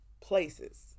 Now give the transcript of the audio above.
places